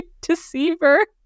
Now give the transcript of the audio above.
deceiver